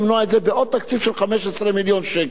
את זה בעוד תקציב של 15 מיליון שקלים?